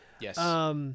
Yes